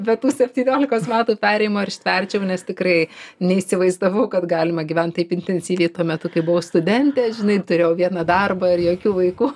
be tų septyniolikos metų perėjimo ar ištverčiau nes tikrai neįsivaizdavau kad galima gyvent taip intensyviai tuo metu kai buvau studentė žinai turėjau vieną darbą ir jokių vaikų